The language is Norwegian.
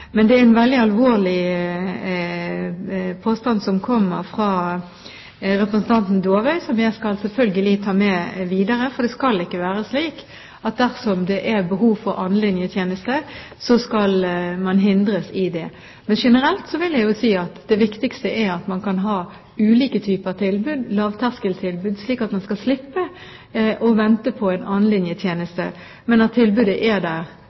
Det er en veldig alvorlig påstand som kommer fra representanten Dåvøy, som jeg selvfølgelig skal ta med videre, for det skal ikke være slik at dersom det er behov for andrelinjetjenesten, skal man hindres i å få hjelp. Generelt vil jeg si at det viktigste er at man kan ha ulike typer tilbud, lavterskeltilbud, slik at man skal slippe å vente på andrelinjetjenesten, men at tilbudet er